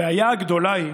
הבעיה הגדולה היא